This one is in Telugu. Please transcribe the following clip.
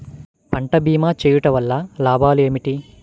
పంట భీమా చేయుటవల్ల లాభాలు ఏమిటి?